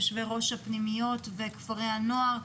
יושבי ראש הפנימיות וכפרי הנוער,